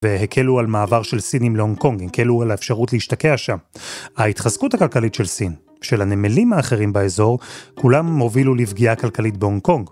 והקלו על מעבר של סינים להונג קונג, הקלו על האפשרות להשתקע שם. ההתחזקות הכלכלית של סין, של הנמלים האחרים באזור, כולם הובילו לפגיעה כלכלית בהונג קונג.